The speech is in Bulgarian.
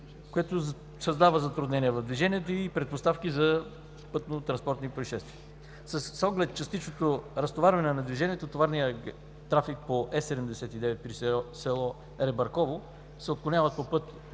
което създава затруднения в движението и предпоставки за пътнотранспортни произшествия. С оглед частичното разтоварване на движението товарният трафик по Е79 при село Ребърково се отклонява по път